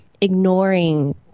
ignoring